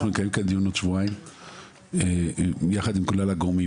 אנחנו נקיים כאן דיון עוד שבועיים יחד עם כלל הגורמים.